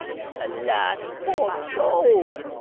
alas, poor soul!